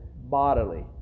bodily